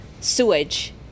sewage